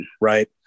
right